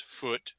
foot